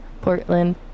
Portland